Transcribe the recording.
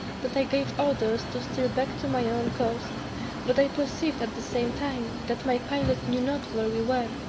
that i gave orders to steer back to my own coast but i perceived at the same time that my pilot knew not where we were.